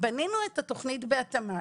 בנינו את התוכנית בהתאמה.